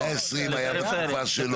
לא, 120 היה בתקופה שלו.